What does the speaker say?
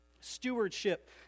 Stewardship